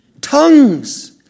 Tongues